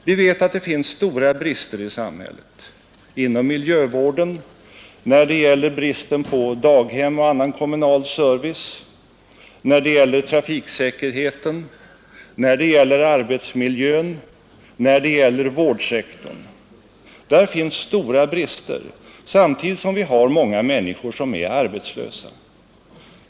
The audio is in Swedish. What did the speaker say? Vi vet att det finns stora brister i samhället — inom miljövården, när det gäller daghem och annan kommunal service, när det gäller trafiksäkerheten, när det gäller arbetsmiljön, inom vårdsektorn — samtidigt som många människor är arbetslösa.